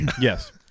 Yes